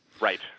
right